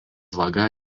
vaga